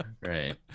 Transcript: right